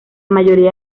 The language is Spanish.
mayoría